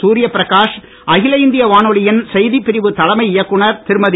சூர்யபிரகாஷ் அகில இந்திய வானொலியின் செய்திப் பிரிவு தலைமை இயக்குநர் திருமதி